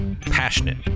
passionate